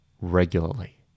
regularly